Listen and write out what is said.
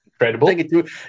Incredible